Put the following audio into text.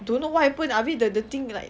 don't know what happened habis the the thing like